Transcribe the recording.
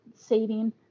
saving